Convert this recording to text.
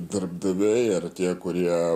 darbdaviai ar tie kurie